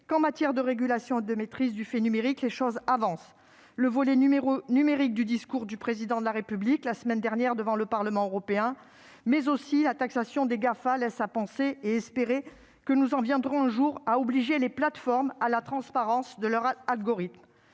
qu'en matière de régulation et de maîtrise du fait numérique les choses avancent. Le volet numérique du discours du Président de la République, la semaine dernière, devant le Parlement européen, ainsi que la taxation des GAFA (Google, Apple, Facebook, Amazon) laissent à penser, et à espérer, que nous en viendrons un jour à obliger les plateformes à rendre leurs algorithmes